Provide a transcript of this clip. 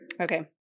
Okay